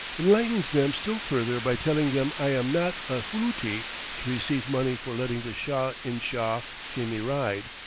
enlightens them still further by telling them i am not a luti to receive money for letting the shah-in-shah see me ride.